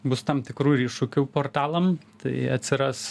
bus tam tikrų iššūkių portalam tai atsiras